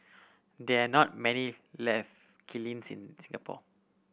there are not many left kilns in Singapore